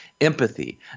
empathy